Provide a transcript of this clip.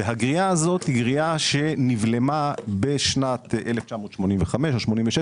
והגריעה הזו נבלמה בשנת 1985 או 1986,